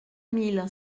mille